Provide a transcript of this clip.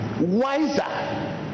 wiser